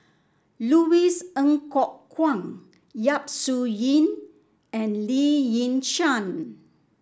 Louis Ng Kok Kwang Yap Su Yin and Lee Yi Shyan